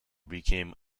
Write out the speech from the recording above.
became